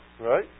right